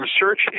Research